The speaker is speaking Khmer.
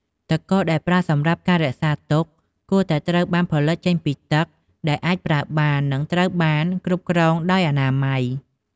ទឹកកកដែលប្រើសម្រាប់ការរក្សាទុកគួរតែត្រូវបានផលិតចេញពីទឹកដែលអាចប្រើបាន និងត្រូវបានគ្រប់គ្រងដោយអនាម័យ។